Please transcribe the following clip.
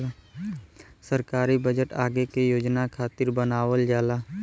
सरकारी बजट आगे के योजना खातिर बनावल जाला